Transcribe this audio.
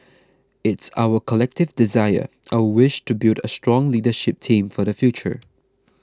it's our collective desire our wish to build a strong leadership team for the future